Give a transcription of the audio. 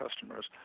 customers